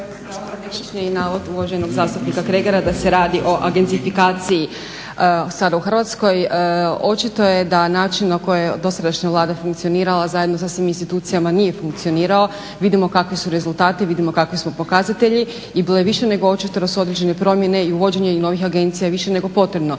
uvođenje i novih agencija i više nego potrebno.